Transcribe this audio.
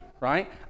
right